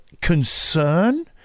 concern